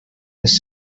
les